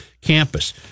campus